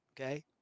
okay